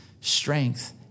strength